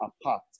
apart